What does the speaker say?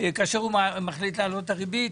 כאשר הוא מחליט להעלות את הריבית,